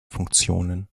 funktionen